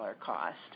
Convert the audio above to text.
cost